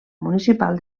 municipal